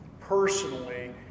personally